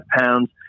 pounds